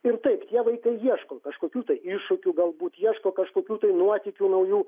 ir taip tie vaikai ieško kažkokių tai iššūkių galbūt ieško kažkokių tai nuotykių naujų